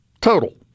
total